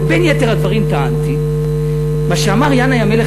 ובין יתר הדברים טענתי מה שאמר ינאי המלך